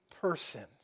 persons